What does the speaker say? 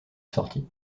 sortie